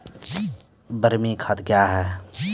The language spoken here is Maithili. बरमी खाद कया हैं?